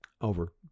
over